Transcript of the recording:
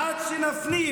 עד שנפנים